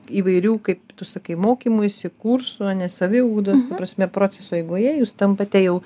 įvairių kaip tu sakai mokymuisi kursų ane saviugdos ta prasme proceso eigoje jūs tampate jau